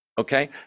Okay